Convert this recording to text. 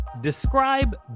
Describe